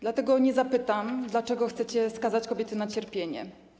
Dlatego nie zapytam, dlaczego chcecie skazać kobiety na cierpienie.